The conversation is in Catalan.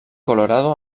colorado